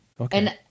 Okay